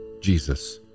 Jesus